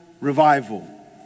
revival